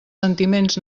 sentiments